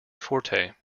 forte